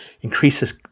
increases